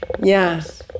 Yes